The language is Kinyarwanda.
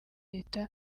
leta